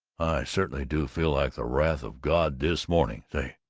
certainly do feel like the wrath of god this morning. say!